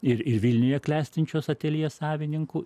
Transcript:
ir ir vilniuje klestinčios ateljė savininku